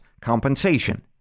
compensation